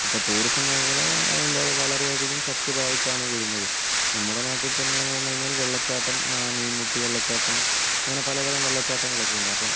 അപ്പം ടൂറിസം മേഖല വാ എന്താ വളരെയധികം ശക്തി പ്രാപിച്ചാണ് വരുന്നത് നമ്മുടെ നാട്ടിൽ തന്നെയെന്നു പറഞ്ഞു കഴിഞ്ഞാൽ വെള്ളച്ചാട്ടം മീൻമുട്ടി വെള്ളച്ചാട്ടം അങ്ങനെ പലതരം വെള്ളച്ചാട്ടങ്ങളൊക്കെയുണ്ട് അപ്പം